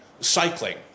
cycling